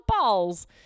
Balls